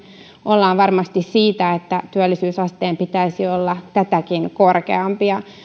ollaan varmasti siitä että työllisyysasteen pitäisi olla tätäkin korkeampi